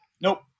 Nope